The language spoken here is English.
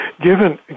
given